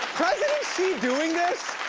president xi doing this.